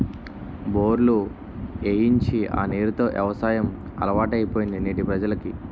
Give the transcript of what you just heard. బోర్లు ఏయించి ఆ నీరు తో యవసాయం అలవాటైపోయింది నేటి ప్రజలకి